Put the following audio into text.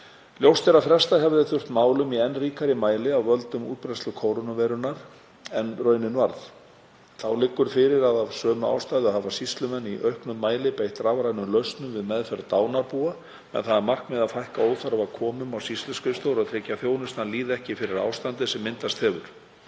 Ljóst er að fresta hefði þurft málum í enn ríkari mæli af völdum útbreiðslu kórónuveirunnar en raunin varð. Þá liggur fyrir að af sömu ástæðu hafa sýslumenn í auknum mæli beitt rafrænum lausnum við meðferð dánarbúa með það að markmiði að fækka óþarfa komum á sýsluskrifstofur og tryggja að þjónustan líði ekki fyrir ástandið sem myndast hefur.